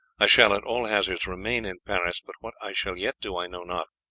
i shall at all hazards remain in paris, but what i shall yet do i know not.